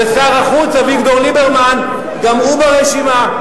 ושר החוץ אביגדור ליברמן, גם הוא ברשימה.